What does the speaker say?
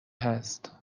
هست